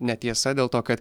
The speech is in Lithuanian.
netiesa dėl to kad